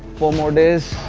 four more days!